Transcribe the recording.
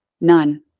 None